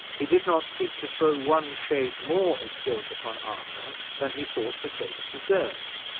he did not seek to throw one shade more of guilt upon arthur than he thought the case deserved.